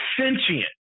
sentient